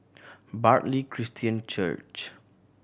Bartley Christian Church